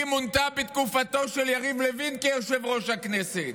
היא מונתה בתקופתו של יריב לוין כיושב-ראש הכנסת,